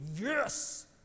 yes